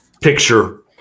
picture